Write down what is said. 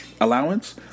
allowance